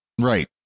Right